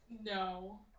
No